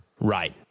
Right